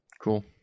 Cool